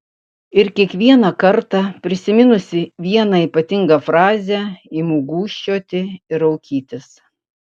ir kiekvieną kartą prisiminusi vieną ypatingą frazę imu gūžčioti ir raukytis